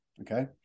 Okay